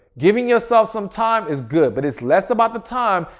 giving yourself some time is good. but it's less about the time,